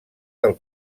del